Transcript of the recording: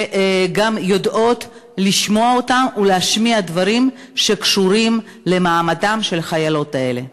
וגם יודעות לשמוע אותן ולהשמיע דברים שקשורים למעמדן של החיילות האלה.